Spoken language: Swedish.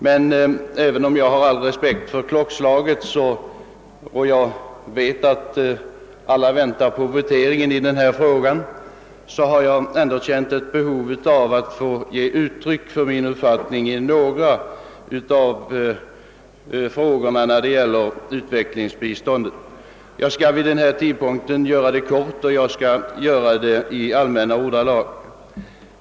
Men även om jag har all respekt för klockslaget och vet att alla väntar på voteringen i denna fråga, har jag ändå känt ett behov av att få ge uttryck för min uppfattning i några av de ämnen som gäller utvecklingsbiståndet. Jag skall vid denna tidpunkt på dygnet göra det kort och i allmänna ordalag.